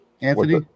Anthony